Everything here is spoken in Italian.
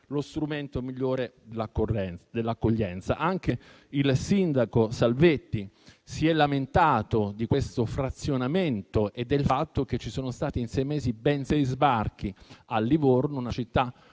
lo strumento migliore dell'accoglienza stessa. Anche il sindaco Salvetti si è lamentato di questo frazionamento e del fatto che ci sono stati, in sei mesi, ben sei sbarchi a Livorno, una città